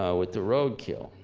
ah with the road kill.